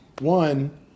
one